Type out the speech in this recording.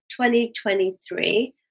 2023